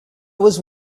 was